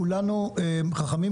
כולנו חכמים,